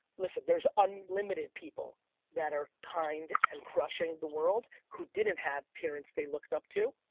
listen, there's unlimited people that are kind and crushing the world who didn't have parents they looked up to.